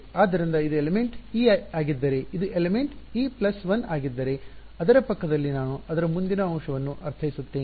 ಆದ್ದರಿಂದ ಇದು element i ಆಗಿದ್ದರೆ ಇದು ಎಲಿಮೆಂಟ್ ಇ ಪ್ಲಸ್ 1 ಆಗಿದ್ದರೆ ಅದರ ಪಕ್ಕದಲ್ಲಿ ನಾನು ಅದರ ಮುಂದಿನ ಅಂಶವನ್ನು ಅರ್ಥೈಸುತ್ತೇನೆ